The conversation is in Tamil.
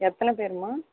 எத்தனை பேரும்மா